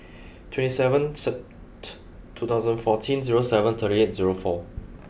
twenty seven Sept two thousand fourteen zero seven thirty eight zero four